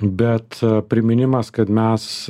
bet priminimas kad mes